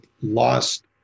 lost